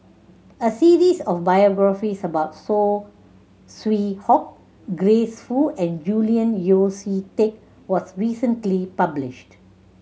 a series of biographies about Saw Swee Hock Grace Fu and Julian Yeo See Teck was recently published